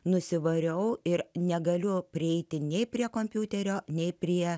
nusivariau ir negaliu prieiti nei prie kompiuterio nei prie